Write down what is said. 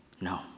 No